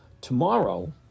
tomorrow